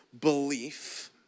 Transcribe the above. belief